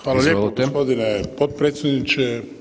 Hvala lijepo gospodine potpredsjedniče.